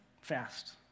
fast